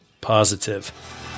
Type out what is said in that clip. positive